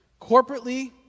Corporately